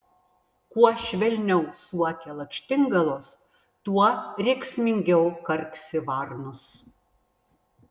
kuo švelniau suokia lakštingalos tuo rėksmingiau karksi varnos